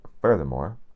Furthermore